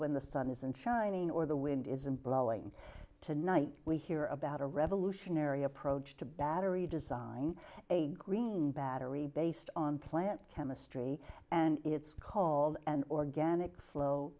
when the sun isn't shining or the wind isn't blowing tonight we hear about a revolutionary approach to battery design a green battery based on plant chemistry and it's called an organic flow